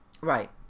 right